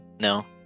No